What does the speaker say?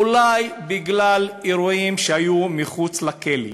אולי בגלל אירועים שהיו מחוץ לכלא.